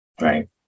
Right